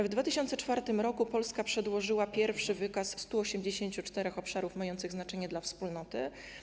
W 2004 r. Polska przedłożyła pierwszy wykaz 184 obszarów mających znaczenie dla Wspólnoty.